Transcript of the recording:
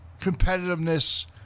competitiveness